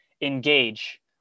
engage